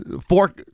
four